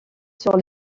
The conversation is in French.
sur